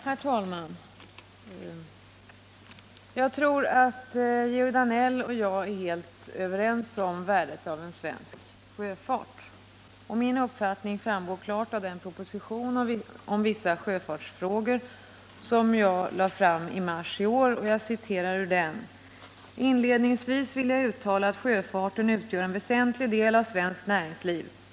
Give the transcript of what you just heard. Herr talman! Jag tror att Georg Danell och jag är helt överens om värdet av en svensk sjöfart. Min uppfattning framgår klart av den proposition om vissa sjöfartsfrågor som jag lade fram i mars i år: ”Inledningsvis vill jag uttala att sjöfarten utgör en väsentlig del av svenskt näringsliv.